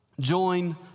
join